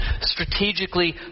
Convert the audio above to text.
strategically